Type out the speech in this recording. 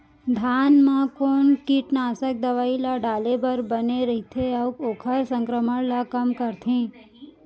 धान म कोन कीटनाशक दवई ल डाले बर बने रइथे, अऊ ओखर संक्रमण ल कम करथें?